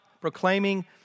proclaiming